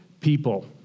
people